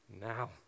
now